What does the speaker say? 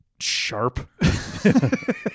sharp